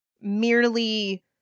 merely